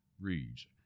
reads